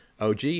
OG